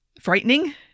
frightening